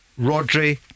Rodri